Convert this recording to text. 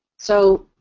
so,